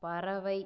பறவை